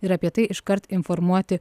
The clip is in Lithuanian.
ir apie tai iškart informuoti